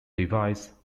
device